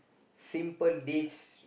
simple dish